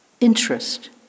interest